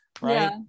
Right